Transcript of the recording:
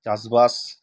ᱪᱟᱥᱵᱟᱥ